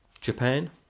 Japan